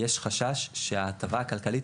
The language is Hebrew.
יש חשש שההטבה הכלכלית,